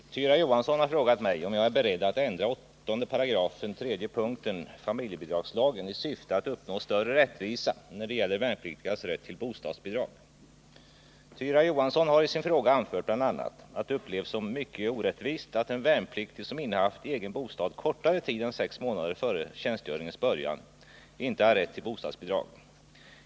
Herr talman! Tyra Johansson har frågat mig om jag är beredd att ändra 8 § tredje punkten familjebidragslagen i syfte att uppnå större rättvisa när det gäller värnpliktigas rätt till bostadsbidrag. Tyra Johansson har i sin fråga anfört bl.a. att det upplevs som mycket orättvist att en värnpliktig som innehaft egen bostad kortare tid än sex månader före tjänstgöringens början inte har rätt till bostadsbidrag.